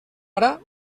ara